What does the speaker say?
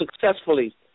successfully